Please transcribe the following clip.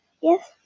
Yes